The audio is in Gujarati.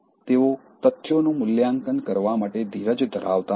તેઓ તથ્યોનું મૂલ્યાંકન કરવા માટે ધીરજ ધરાવતા નથી